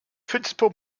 principal